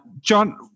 John